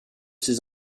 ses